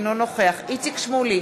אינו נוכח איציק שמולי,